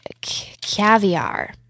caviar